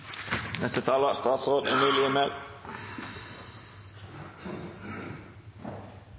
neste talar,